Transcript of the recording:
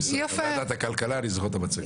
ועדת הכלכלה, אני זוכר את המצגת.